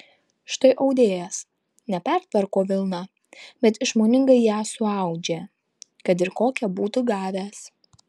štai audėjas ne pertvarko vilną bet išmoningai ją suaudžia kad ir kokią būtų gavęs